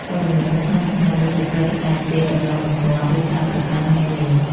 ព័ត៌មានសំខាន់ៗ ដូចជាព្រឹត្តិការណ៍ជាតិ ដំណឹងបន្ទាន់ ឬការប្រកាសនានា។